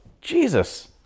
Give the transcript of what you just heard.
Jesus